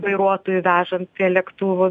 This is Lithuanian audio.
vairuotojų vežant prie lėktuvų